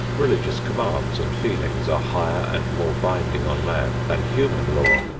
religious commands and feelings, are higher and more binding on man than human law.